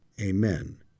Amen